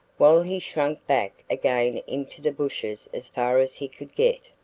while he shrank back again into the bushes as far as he could get.